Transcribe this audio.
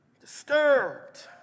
disturbed